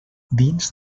dins